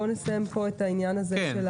בוא נסיים את העניין הזה.